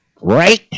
Right